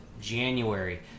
January